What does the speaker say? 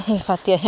infatti